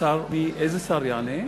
איזה שר יענה?